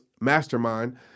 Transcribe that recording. mastermind